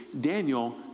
Daniel